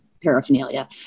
paraphernalia